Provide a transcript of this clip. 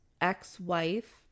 ex-wife